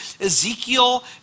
Ezekiel